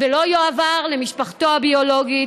לא יועבר למשפחתו הביולוגית,